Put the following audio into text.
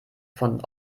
von